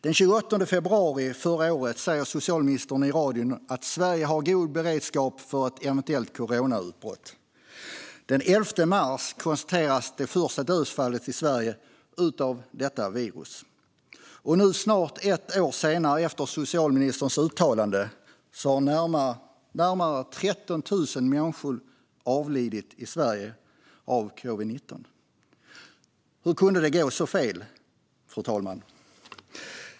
Den 28 februari förra året sa socialministern i radion att Sverige har en god beredskap inför ett eventuellt coronautbrott. Den 11 mars konstaterades det första dödsfallet av detta virus i Sverige. Nu, snart ett år efter socialministern uttalande, har närmare 13 000 människor avlidit av covid-19 i Sverige. Hur kunde det gå så fel?